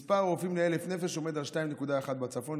מספר הרופאים ל-1,000 נפש עומד על 2.1 בצפון,